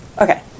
okay